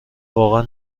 واقعا